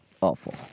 awful